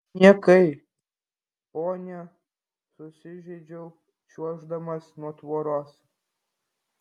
niekai ponia susižeidžiau čiuoždamas nuo tvoros